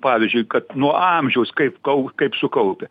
pavyzdžiui kad nuo amžiaus kaip kau kaip sukaupia